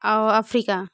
और अफ्रीका